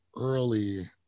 early